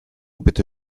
bitte